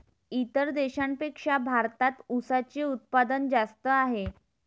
इतर देशांपेक्षा भारतात उसाचे उत्पादन जास्त आहे